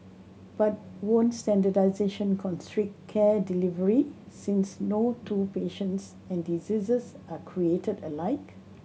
but won't standardisation constrict care delivery since no two patients and diseases are created alike